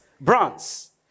bronze